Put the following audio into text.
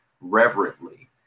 reverently